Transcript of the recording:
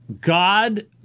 God